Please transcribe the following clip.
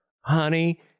Honey